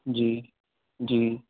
ਜੀ ਜੀ